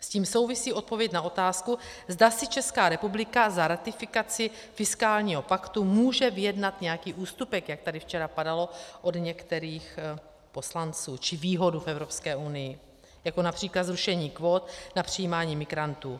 S tím souvisí odpověď na otázku, zda si Česká republika za ratifikaci fiskálního paktu může vyjednat nějaký ústupek, jak tady včera padalo od některých poslanců, či výhodu v Evropské unii, jako např. zrušení kvót na přijímání migrantů.